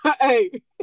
hey